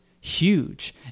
huge